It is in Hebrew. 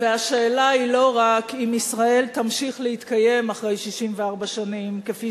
אדוני היושב-ראש, חבר הכנסת נסים זאב, שב.